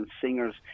singers